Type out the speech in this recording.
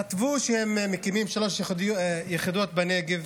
כתבו שהם מקימים שלוש יחידות בנגב